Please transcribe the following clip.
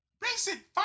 Basic